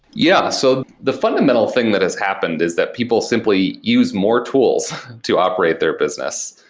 yeah. so the fundamental thing that has happened is that people simply use more tools to operate their business,